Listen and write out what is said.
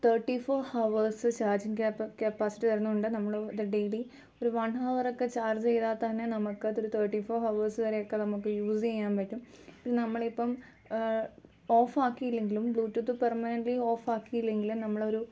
തേട്ടി four hours ചാജിങ് Kepa കെപ്പാസിറ്റി തരുന്നുണ്ട് നമ്മൾ അത് ഡെയിലി ഒരു വൺ ഹവറൊക്കെ ചാർജ് ചെയ്യ്താൽ തന്നെ നമുക്ക് അതൊരു തേട്ടി ഫോർ ഹവേഴ്സ് വരെയൊക്കെ നമുക്ക് യുസ് ചെയ്യാൻ പറ്റും നമ്മളിപ്പം ഓഫ് അക്കീല്ലെങ്കിലും ബ്ലൂടൂത്ത് പെർമനൻ്റ്ലി ഓഫ് ആക്കിലെങ്കിലും നമ്മളൊരു